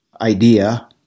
idea